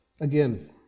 again